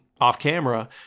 off-camera